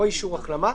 או אישור החלמה,